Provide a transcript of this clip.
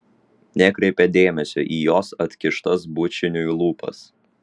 nekreipia dėmesio į jos atkištas bučiniui lūpas